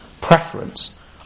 preference